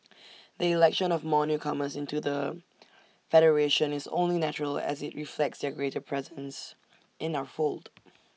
the election of more newcomers into the federation is only natural as IT reflects their greater presence in our fold